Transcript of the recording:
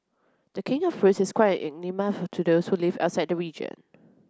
the king of fruits is quite an enigma to those who live outside the region